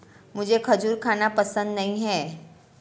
मुझें खजूर खाना पसंद नहीं है